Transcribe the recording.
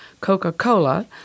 Coca-Cola